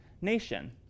nation